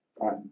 Right